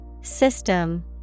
System